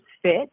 Fit